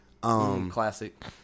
Classic